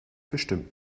bestimmt